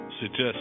suggest